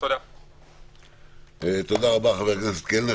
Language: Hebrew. תודה רבה, חבר הכנסת קלנר.